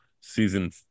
season